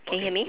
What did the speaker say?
can you hear me